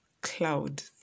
cloud